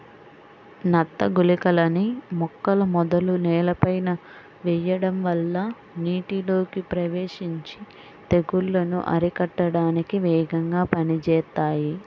నత్త గుళికలని మొక్కల మొదలు నేలపైన వెయ్యడం వల్ల నీటిలోకి ప్రవేశించి తెగుల్లను అరికట్టడానికి వేగంగా పనిజేత్తాయి